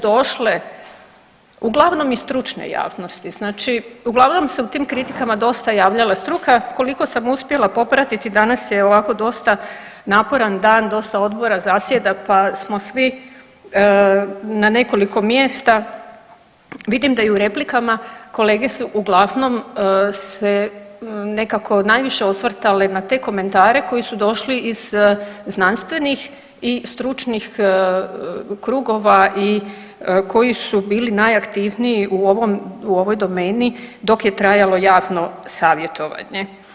došle uglavnom iz stručne javnosti, uglavnom se u tim kritikama dosta javljala struka, koliko sam uspjela popratiti, danas je ovako dosta naporan dan, dosta odbora zasjeda pa smo svi na nekoliko mjesta, vidim da i u replikama kolege su uglavnom se nekako najviše osvrtale na te komentare koji su došli iz znanstvenih i stručnih krugova i koji su bili najaktivniji u ovoj domeni dok je trajalo javno savjetovanje.